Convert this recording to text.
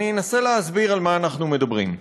אני אנסה להסביר על מה אנחנו מדברים.